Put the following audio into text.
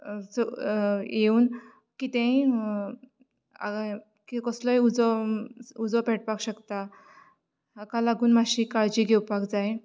येवन कितेंय कसलोय उजो पेटपाक शकता हाका लागून मातशीं काळजी घेवपाक जाय